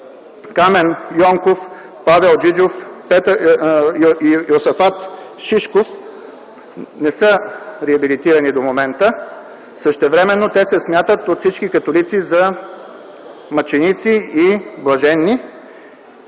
Камен Йонков, Павел Джиджов, Йосафат Шишков не са реабилитирани до момента. Същевременно те се смятат от всички католици за мъченици и блажени.